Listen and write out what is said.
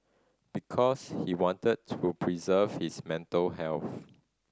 because he wanted to preserve his mental health